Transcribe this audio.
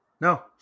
No